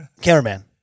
cameraman